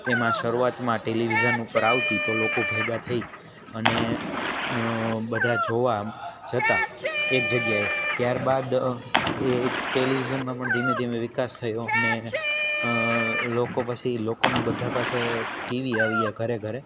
તેમાં શરૂઆતમાં ટેલિવિઝન ઉપર આવતી તો લોકો ભેગા થઈ અને બધા જોવા જતાં એક જગ્યાએ ત્યારબાદ એ ટેલિવિઝનમાં પણ ધીમે ધીમે વિકાસ થયોને લોકો પછી લોકોના બધા પાસે ટીવી આવી ગયાં ઘરે ઘરે